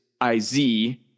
I-Z